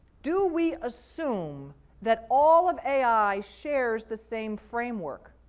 do we assume that all of ai shares the same framework?